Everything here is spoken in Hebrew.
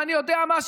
ואני יודע מה,